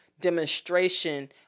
demonstration